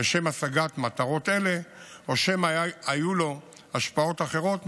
לשם השגת מטרות אלה או שמא היו לו השפעות אחרות,